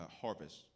harvest